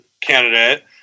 candidate